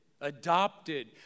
adopted